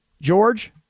George